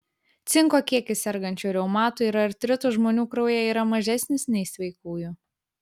cinko kiekis sergančių reumatu ir artritu žmonių kraujyje yra mažesnis nei sveikųjų